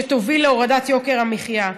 שתוביל להורדת יוקר המחיה.